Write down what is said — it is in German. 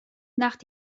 nach